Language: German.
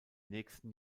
nächsten